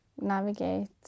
navigate